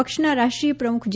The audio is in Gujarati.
પક્ષના રાષ્ટ્રીય પ્રમુખ જે